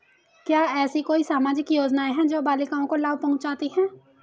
क्या ऐसी कोई सामाजिक योजनाएँ हैं जो बालिकाओं को लाभ पहुँचाती हैं?